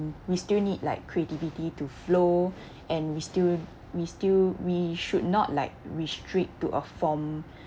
we still need like creativity to flow and we still we still we should not like restrict to a form